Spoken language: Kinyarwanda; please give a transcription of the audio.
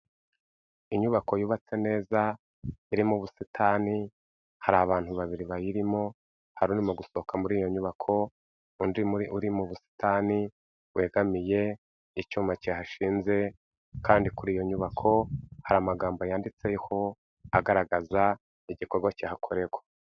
Inyubako yubatse neza iri mu busitani hari abantu babiri bayirimo, hari uri gusohoka muri iyo nyubako undi uri mu busitani wegamiye icyuma kihashinze, kandi kuri iyo nyubako hari amagambo yanditseho agaragaza igikorwa kihakorerwa.